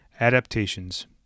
Adaptations